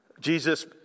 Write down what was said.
Jesus